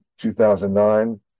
2009